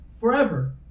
forever